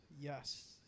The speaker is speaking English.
Yes